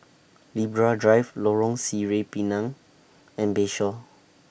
Libra Drive Lorong Sireh Pinang and Bayshore